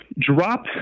drop